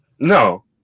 No